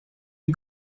you